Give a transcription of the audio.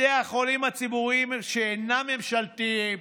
בתי החולים הציבוריים שאינם ממשלתיים,